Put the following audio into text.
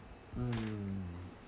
mm